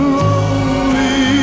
lonely